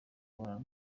imibonano